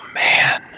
man